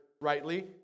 rightly